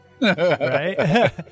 Right